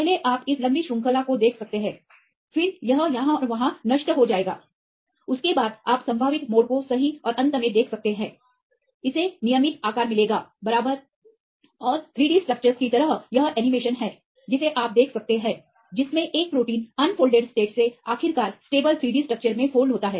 पहले आप इस लम्बी श्रृंखला को देख सकते हैं फिर यह यहाँ और वहाँ नष्ट हो जाएगा उसके बाद आप संभावित मोड़ को सही और अंत में देख सकते हैं इसे नियमित आकार मिलेगा बराबरऔर3D स्ट्रक्चर्स की तरह यह सही एनीमेशन है जिसे आप देख सकते हैं जिसमें एक प्रोटीन अनफोल्डेड स्टेट से आखिरकार स्टेबल 3D स्ट्रक्चर में फोल्ड होता है